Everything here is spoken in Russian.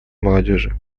молодежи